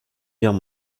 guerre